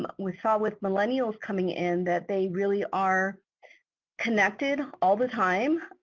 um we saw with millennials coming in that they really are connected all the time.